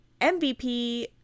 MVP